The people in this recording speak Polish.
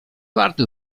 warto